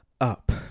up